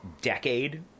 decade